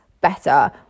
better